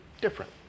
different